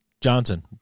Johnson